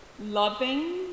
loving